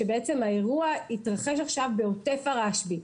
שבעצם האירוע יתרחש עכשיו בעוטף הרשב"י,